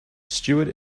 stewart